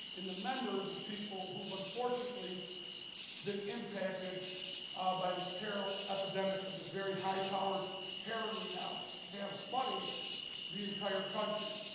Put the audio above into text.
and the members of people who have unfortunately been impacted by this terrible epidemic of this very high-powered heroin we now have flooding the entire country.